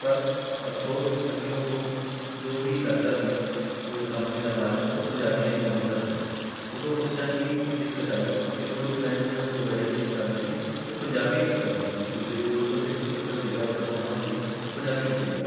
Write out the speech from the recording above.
ਪਰ ਅਫ਼ਸੋਸ ਅੱਗਿਉਂ ਉਹ ਜੋ ਵੀ ਲੜਕਾ ਸੀ ਕੰਪਨੀ ਦਾ ਮਾਲਕ ਉਹ ਪੰਜਾਬੀ ਨਹੀਂ ਸਮਝਦਾ ਸੀ ਉਦੋਂ ਉਸ ਟਾਈਮ ਕੀ ਦ ਦਿੱਕਤ ਆਈ ਕਿ ਪੁਲਿਸਮੈਨ ਨੂੰ ਜੋ ਵੈਰੀਫਿਕੇਸ਼ਨ ਕਰਨੀ ਸੀ ਉਹ ਪੰਜਾਬੀ ਵਿੱਚ ਕਰਨੀ ਸੀ ਕਿਉਂਕਿ ਜੋ ਉਹਦੇ ਕੋਲ ਚਿੱਠੀ ਪੱਤਰ ਸੀ ਪਰਫਾਰਮਾ ਸੀ ਉਹ ਪੰਜਾਬੀ ਵਿੱਚ ਸੀ